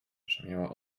brzmiała